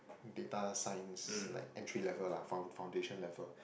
data science like entry level lah found~ foundation level